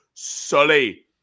Sully